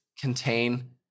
contain